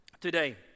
today